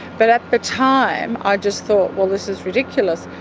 but at the time i just thought, well this is ridiculous,